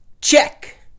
Check